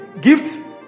gifts